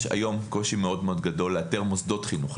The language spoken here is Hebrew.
יש היום קושי מאוד גדול לאתר מוסדות חינוך,